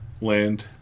land